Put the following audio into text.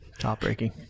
heartbreaking